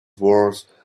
worse